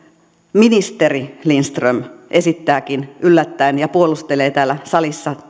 ministeri lindström esittääkin yllättäen tulevia työllisyysmäärärahojen leikkauksia ja puolustelee niitä täällä salissa